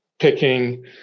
picking